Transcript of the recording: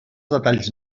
detalls